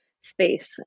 space